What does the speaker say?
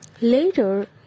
Later